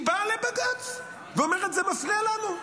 היא באה לבג"ץ ואומרת: זה מפריע לנו,